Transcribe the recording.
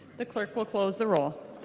the clerk will close the roll.